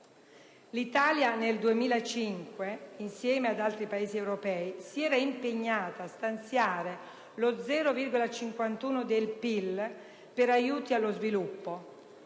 L'Italia, nel 2005, insieme ad altri Paesi europei, si era impegnata a stanziare lo 0,51 per cento del PIL per aiuti allo sviluppo: